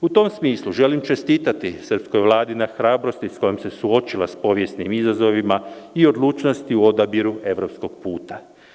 U tom smislu želim čestitati srpskoj Vladi na hrabrosti sa kojom se suočila sa povjesnim izazovima i odlučnosti u odabiru evropskog puta.